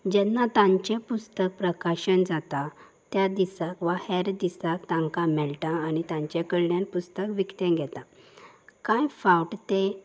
जेन्ना तांचें पुस्तक प्रकाशन जाता त्या दिसाक वा हेर दिसाक तांकां मेळटा आनी तांचे कडल्यान पुस्तक विकतें घेता कांय फावट तें